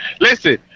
Listen